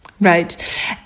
Right